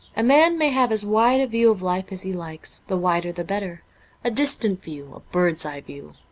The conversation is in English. a man may have as wide a view of life as he likes, the wider the better a distant view, a bird's-eye view,